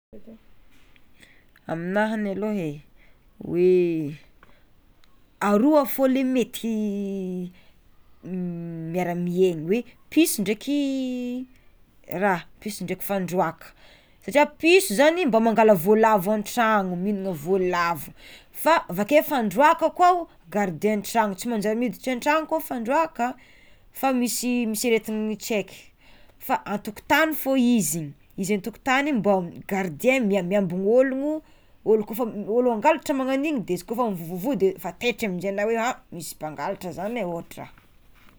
Aminaha alôgny e hoe aroa fô le mety miara-miegny piso ndraiky raha piso ndraiky fandroàka satria piso zany mba mangala voalavo an-tragno mihignana voalavo, fa avakeo fandroaka koa gardien'ny tragno, tsy manjary miditry an-tragno fô fandroàka, fa misy misy aretiny tsy aiky fa an-tokotany fô izy, izy an-tokotany igny mbô mi-gardien miambi- miambin'ologno olo kôfa ôlo angalatra magnan'igny de izy kôfa mivovo de tetry amizay ana hoe ha misy mpangalatra zany e ôhatra.